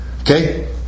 Okay